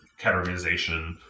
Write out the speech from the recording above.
categorization